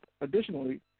additionally